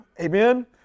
amen